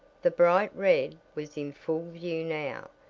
the bright red was in full view now,